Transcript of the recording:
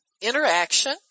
interaction